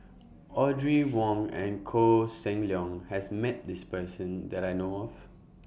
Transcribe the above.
Audrey Wong and Koh Seng Leong has Met This Person that I know of